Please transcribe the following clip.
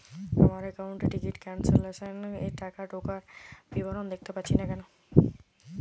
আমার একাউন্ট এ ticket cancellation এর টাকা ঢোকার বিবরণ দেখতে পাচ্ছি না কেন?